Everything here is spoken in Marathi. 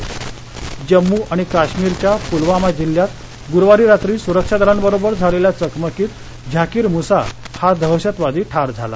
दहशतवादी जम्मू आणि काश्मीरच्या पुलवामा जिल्ह्यात गुरुवारी रात्री सुरक्षा दलांबरोबर झालेल्या चकमकीत झाकीर मुसा हा दहशतवादी ठार झाला